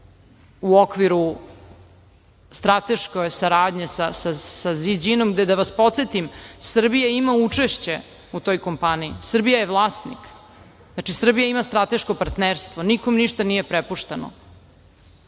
u okviru strateške saradnje sa Si Đinom. Da vas podsetim, Srbija ima učešće u toj kompaniji. Srbija je vlasnik. Znači, Srbija ima strateško partnerstvo, nikom ništa nije prepušteno. Što